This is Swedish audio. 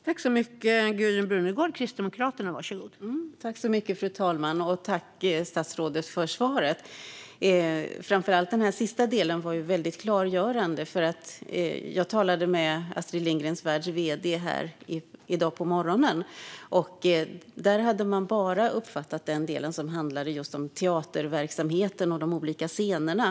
Fru talman! Tack, statsrådet, för svaret! Framför allt den sista delen var väldigt klargörande. Jag talade med Astrid Lindgrens Världs vd i dag på morgonen. Där hade man bara uppfattat den del som handlar om teaterverksamheten och de olika scenerna.